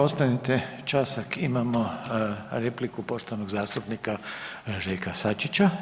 Ostanite časak imamo repliku poštovanog zastupnika Željka Sačića.